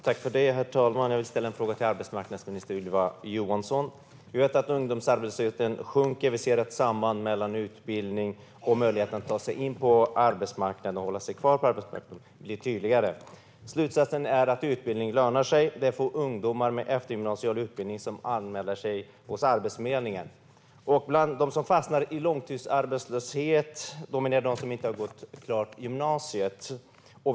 Herr talman! Jag vill ställa en fråga till arbetsmarknadsminister Ylva Johansson. Vi vet att ungdomsarbetslösheten sjunker. Vi ser att sambandet mellan utbildning och möjligheten att ta sig in på arbetsmarknaden och hålla sig kvar på arbetsmarknaden blir tydligare. Slutsatsen är att utbildning lönar sig. Det är få ungdomar med eftergymnasial utbildning som anmäler sig hos Arbetsförmedlingen. Och bland dem som fastnar i långtidsarbetslöshet dominerar de som inte har gått klart gymnasiet.